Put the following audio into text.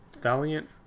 Valiant